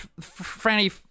Franny